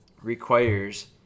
requires